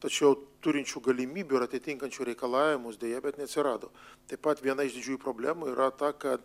tačiau turinčių galimybių ir atitinkančių reikalavimus deja bet neatsirado taip pat viena iš didžiųjų problemų yra ta kad